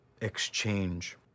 exchange